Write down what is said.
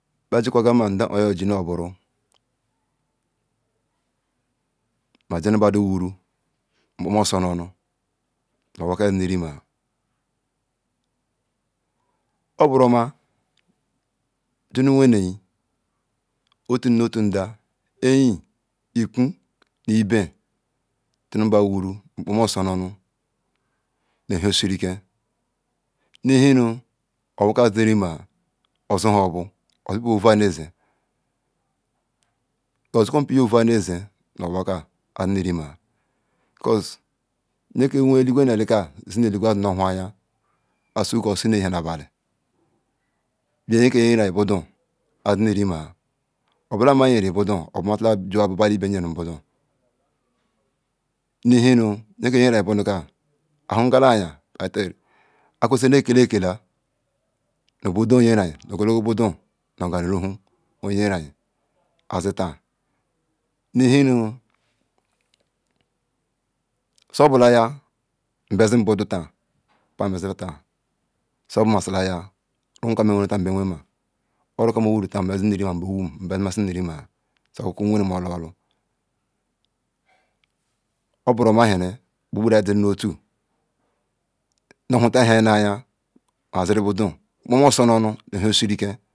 Ba chuka gam ma nda oh ji nu buru ma ji nu mbadu awuru mukpoema su onu nu owu ka isi nurima obury oma ju nu wenne otu nda em equ nu the ju mba wuru nu mukpoma su oun au ehisirike ehi nu owa ka azi unrima osu ha ohu osu pie bu avah neze, osi ku mpay yor voah neze becase ye ki wege eleg we pu eh ku si nu elegive a su la ahu anayes, asuku ga un esisi un abade bu yeke nyera budu azi unrima obula ma yoru budu obulamasi ja wa badu ibe nye rim budu eh un nge ki nyeri budu ka ahugala anaya akusivu na kita Kela hl banks ongerem nu ogologo bude onyerrya thi nu su thula yı em bezi budu ta paa mazi ta Su obulası ya runu ka mee wenre my mbc wene ma ora ka mu besi masi nu iriemema su obure ki nwenere bu dola oburu oma hele buburi ziri nu atu na huta elu ahaya aziri budu nkpoma osuo nu nu elu eserike.